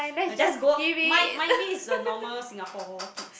I just go my my way is the normal Singapore kids